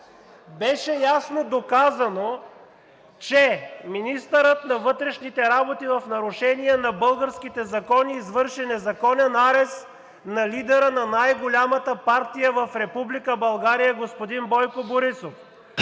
беше ясно доказано, че министърът на вътрешните работи в нарушение на българските закони извърши незаконен арест на лидера на най-голямата партия в Република България – господин Бойко Борисов.